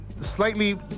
slightly